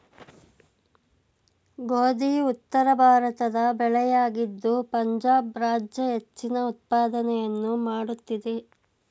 ಗೋಧಿ ಉತ್ತರಭಾರತದ ಬೆಳೆಯಾಗಿದ್ದು ಪಂಜಾಬ್ ರಾಜ್ಯ ಹೆಚ್ಚಿನ ಉತ್ಪಾದನೆಯನ್ನು ಮಾಡುತ್ತಿದೆ